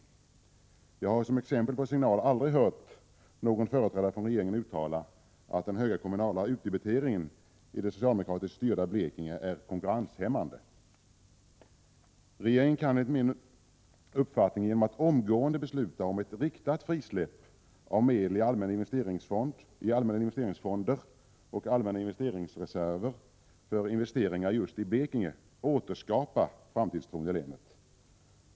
Jag har aldrig hört — som exempel på signal — någon företrädare för regeringen uttala att den höga kommunala utdebiteringen i det socialdemokratiskt styrda Blekinge är konkurrenshämmande. Regeringen kan enligt min uppfattning genom att omgående besluta om ett riktat frisläpp av medel i allmänna investeringsfonder och allmänna investeringsreserver för investeringar i Blekinge återskapa framtidstron i länet.